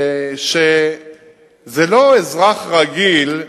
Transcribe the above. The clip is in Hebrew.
וזה לא אזרח רגיל.